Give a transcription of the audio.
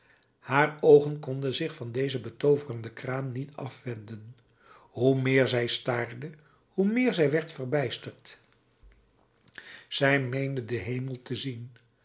haar oogen konden zich van deze betooverende kraam niet afwenden hoe meer zij staarde hoe meer zij werd verbijsterd zij meende den hemel te zien